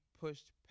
pushed